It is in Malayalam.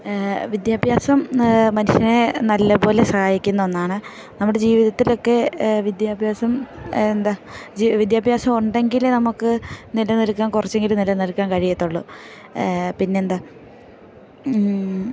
വിദ്യാഭ്യാസം മനുഷ്യനെ നല്ല പോലെ സഹായിക്കുന്ന ഒന്നാണ് നമ്മുടെ ജീവിതത്തിലൊക്കെ വിദ്യാഭ്യാസം എന്താ വിദ്യാഭ്യാസം ഉണ്ടെങ്കിൽ നമുക്ക് നില നിൽക്കാൻ കുറച്ചെങ്കിലും നില നിൽക്കാൻ കഴിയത്തുള്ളൂ പിന്നെന്താ